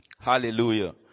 Hallelujah